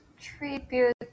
tribute